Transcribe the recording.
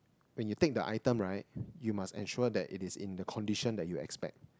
when you take the item right you must ensure that it is in the condition that you expect